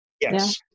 Yes